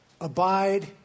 abide